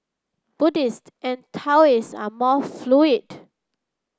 Buddhist and Taoists are more fluid